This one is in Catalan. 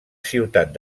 ciutat